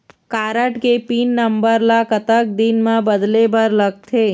Card के pin number ला कतक दिन म बदले बर लगथे?